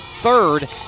third